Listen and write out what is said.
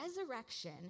resurrection